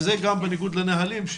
שזה גם בניגוד לנהלים,